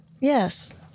Yes